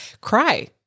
cry